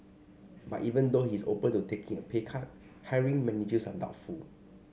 but even though he is open to taking a pay cut hiring managers are doubtful